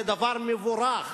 זה דבר מבורך,